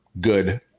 good